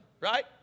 Right